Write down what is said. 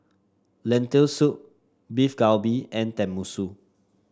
Lentil Soup Beef Galbi and Tenmusu